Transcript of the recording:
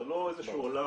זה לא איזה שהוא עולם